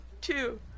two